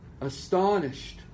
astonished